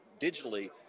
digitally